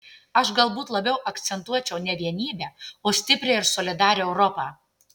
aš galbūt labiau akcentuočiau ne vienybę o stiprią ir solidarią europą